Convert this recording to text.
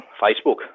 Facebook